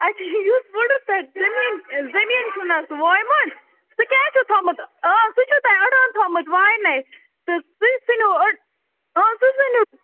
اَچھا یُس وُڈٕر تۄہہِ تٔمی زمیٖن چھُنا سُہ وایوُن سُہ کیٛازِ چھُ تھوٚومُت اَز تہِ چھُ تۄہہِ أڑہَن تھوٚومُت واینَے تہٕ تُہۍ ژھٕنِو أڑ آ تُہۍ ثھُنِو